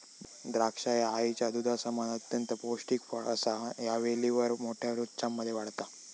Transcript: द्राक्षा ह्या आईच्या दुधासमान अत्यंत पौष्टिक फळ असा ह्या वेलीवर मोठ्या गुच्छांमध्ये वाढता